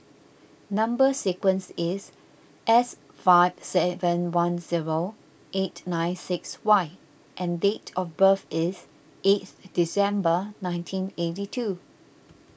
Number Sequence is S five seven one zero eight nine six Y and date of birth is eight December nineteen eighty two